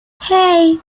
hey